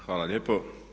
Hvala lijepo.